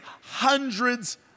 hundreds